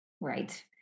right